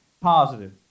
positive